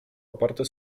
oparte